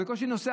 הוא בקושי נוסע,